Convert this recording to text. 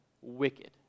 wicked